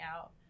out